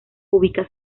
ubica